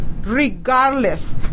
regardless